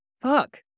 Fuck